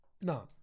No